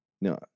No